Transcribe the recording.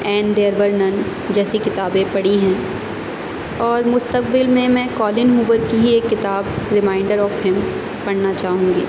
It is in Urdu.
اینڈ دیئر ور نن جیسی کتابیں پڑھی ہیں اور مستقبل میں میں کالنگ ہوبر کی ہی ایک کتاب ریمائنڈر آف ہم پڑھنا چاہوں گی